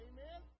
Amen